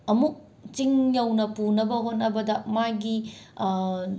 ꯑꯃꯨꯛ ꯆꯤꯡ ꯌꯧꯅ ꯄꯨꯅꯕ ꯍꯣꯠꯅꯕꯗ ꯃꯥꯒꯤ